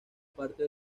parte